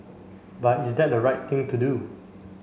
but is that the right thing to do